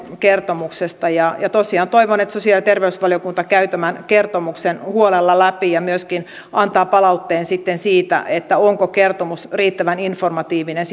kertomuksesta ja ja tosiaan toivon että sosiaali ja terveysvaliokunta käy tämän kertomuksen huolella läpi ja myöskin antaa palautteen siitä onko kertomus riittävän informatiivinen